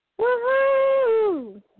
Woohoo